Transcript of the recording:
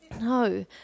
No